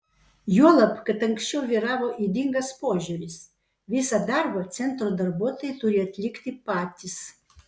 juolab kad anksčiau vyravo ydingas požiūris visą darbą centro darbuotojai turi atlikti patys